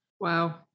Wow